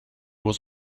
was